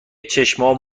چشمام